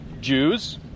Jews